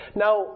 Now